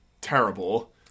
terrible